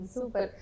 Super